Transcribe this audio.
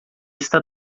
está